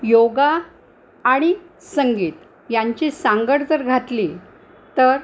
योगा आणि संगीत यांची सांगड जर घातली तर